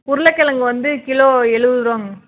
உருளைக் கிழங்கு வந்து கிலோ எழுபது ரூவாங்க மா